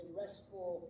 restful